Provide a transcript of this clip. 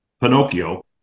Pinocchio